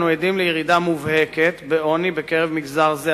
אנו עדים לירידה מובהקת בעוני בקרב מגזר זה,